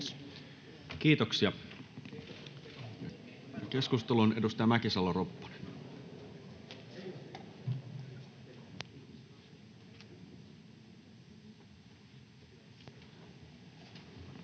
Kiitoksia. — Keskusteluun, edustaja Mäkisalo-Ropponen.